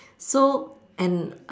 so and